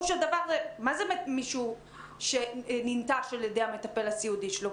מה זה מישהו שננטש על ידי המטפל הסיעודי שלו?